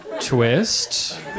Twist